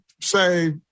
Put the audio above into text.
say